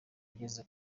ageze